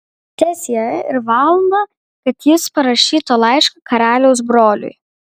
teesie ir valandą kad jis parašytų laišką karaliaus broliui